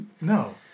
No